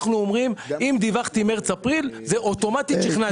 אנחנו אומרים: אם דיווחתי במרץ-אפריל זה אוטומטית משכנע.